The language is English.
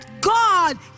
God